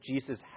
Jesus